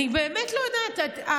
אני באמת לא יודעת,